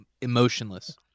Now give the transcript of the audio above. emotionless